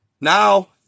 now